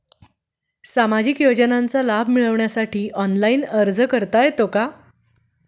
सामाजिक योजनांचा लाभ मिळवण्यासाठी ऑनलाइन अर्ज करता येतो का?